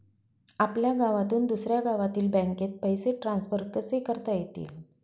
आपल्या गावातून दुसऱ्या गावातील बँकेत पैसे ट्रान्सफर कसे करता येतील?